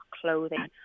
clothing